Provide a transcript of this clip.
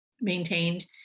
maintained